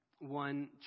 One